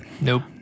Nope